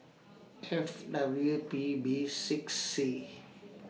F W P B six C